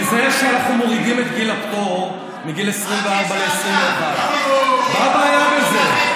בזה שאנחנו מורידים את גיל הפטור מגיל 24 לגיל 21. מה הקשר,